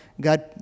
God